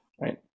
right